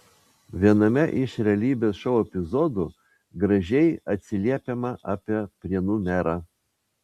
viename iš realybės šou epizodų gražiai atsiliepiama apie prienų merą